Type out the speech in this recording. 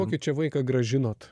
kokį čia vaiką grąžinot